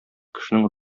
кешенең